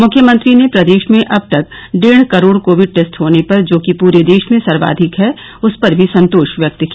मुख्यमंत्री ने प्रदेश में अब तक ड़ेढ करोड़ कोविड टेस्ट होने पर जो कि पूरे देश में सर्वाधिक है पर भी संतोष व्यक्त किया